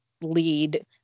lead